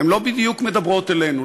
לא בדיוק מדברות אלינו,